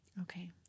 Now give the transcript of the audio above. Okay